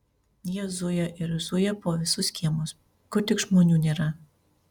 jie zuja ir zuja po visus kiemus kur tik žmonių nėra